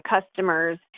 customers